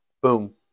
Boom